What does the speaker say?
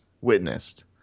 witnessed